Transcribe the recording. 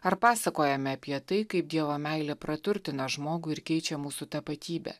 ar pasakojame apie tai kaip dievo meilė praturtina žmogų ir keičia mūsų tapatybę